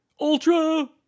Ultra